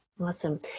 Awesome